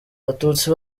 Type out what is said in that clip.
abatutsi